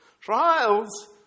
Trials